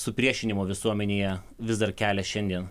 supriešinimų visuomenėje vis dar kelia šiandien